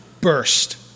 burst